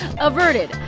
averted